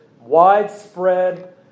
widespread